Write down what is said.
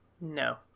no